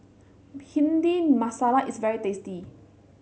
Bhindi Masala is very tasty